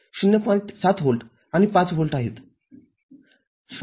७ volt आणि ५ volt आहेत 0